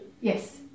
Yes